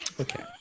Okay